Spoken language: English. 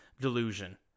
delusion